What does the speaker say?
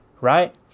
right